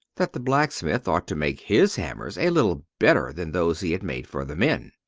that the blacksmith ought to make his hammers a little better than those he had made for the men.